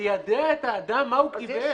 ליידע את האדם מה הוא קיבל.